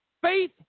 Faith